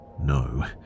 No